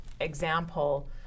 example